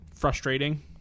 frustrating